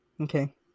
Okay